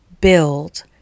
Build